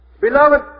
Beloved